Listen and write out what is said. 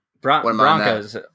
Broncos